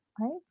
right